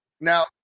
Now